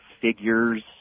figures